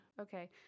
Okay